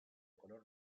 color